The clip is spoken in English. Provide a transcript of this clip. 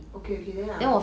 okay okay then I will